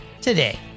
today